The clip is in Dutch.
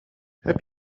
heb